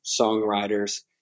songwriters